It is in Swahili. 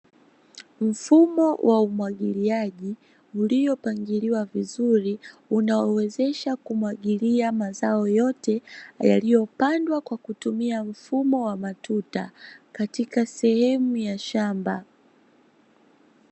Mfumo wa umwagiliaji, ulio pangiliwa vizuri unaowezesha kumwagilia mazao yote yaliyopandwa kwa kutumia mfumo wa matuta katika sehemu ya shamba.